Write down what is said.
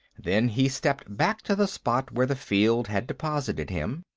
then he stepped back to the spot where the field had deposited him.